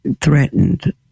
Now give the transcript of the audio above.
threatened